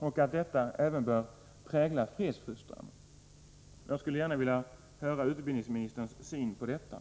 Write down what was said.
Detta bör även prägla fredsfostran. Jag skulle gärna vilja höra utbildningsministerns syn på detta.